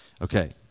okay